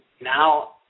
now